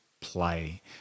play